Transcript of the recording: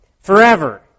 Forever